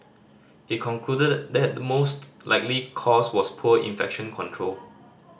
it concluded that the most likely cause was poor infection control